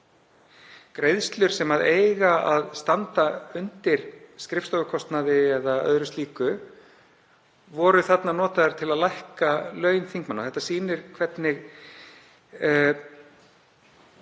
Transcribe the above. Greiðslur, sem eiga að standa undir skrifstofukostnaði eða öðru slíku, voru þarna notaðar til að lækka laun þingmanna. Þetta sýnir hvernig